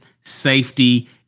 safety